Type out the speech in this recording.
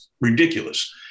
Ridiculous